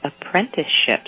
apprenticeships